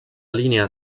linea